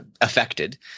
affected